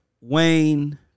Wayne